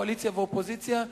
קואליציה ואופוזיציה,